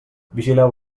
vigileu